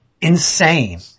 insane